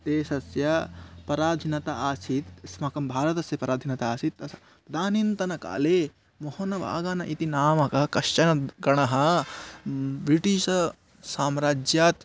देशस्य पराधीनता आसीत् अस्माकं भारतस्य पराधीनता आसीत् तस्य तदानीन्तनकाले मोहोन आगन इति नामकः कश्चन गणः ब्रिटीश साम्राज्यात्